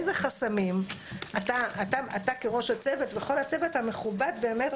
איזה חסמים אתה כראש הצוות וכל הצוות המכובד באמת,